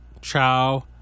ciao